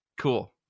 cool